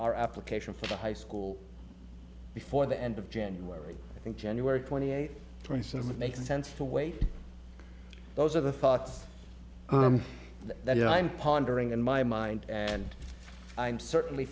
our application for the high school before the end of january i think january twenty eighth twenty seventh makes sense for way those are the thoughts that i'm pondering in my mind and i'm certainly